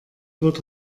wird